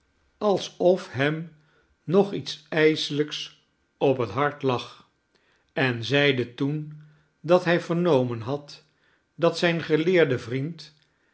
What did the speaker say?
alsof hem nog iets ijselijks op het hart lag en zeide toen dat hij vernomen had dat zijn geleerde vriend